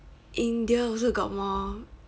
india also got more